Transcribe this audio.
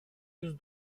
yüz